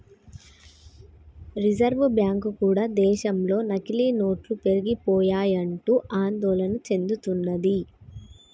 reserve bank కూడా దేశంలో నకిలీ నోట్లు పెరిగిపోయాయంటూ ఆందోళన చెందుతున్నది